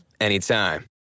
anytime